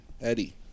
eddie